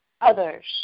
others